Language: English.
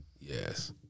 yes